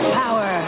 power